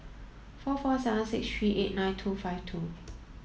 four four seven six three eight nine two five two